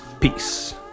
peace